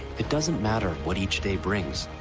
it doesn't matter what each day brings.